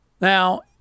Now